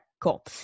cool